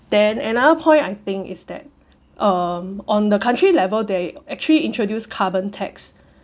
then another point I think is that um on the country level they actually introduce carbon tax